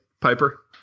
Piper